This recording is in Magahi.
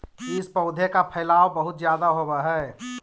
इस पौधे का फैलाव बहुत ज्यादा होवअ हई